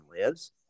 lives